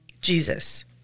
Jesus